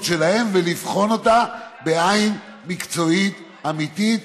שלהם ולבחון אותה בעין מקצועית אמיתית,